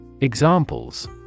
Examples